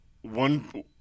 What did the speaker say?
one-